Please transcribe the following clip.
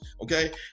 okay